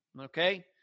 Okay